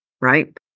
Right